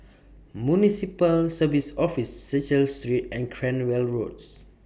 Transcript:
Municipal Services Office Cecil Street and Cranwell Roads